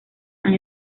han